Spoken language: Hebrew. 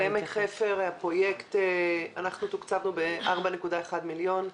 בעמק חפר תוקצבנו ב-4.1 מיליון.